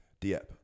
Dieppe